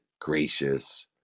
gracious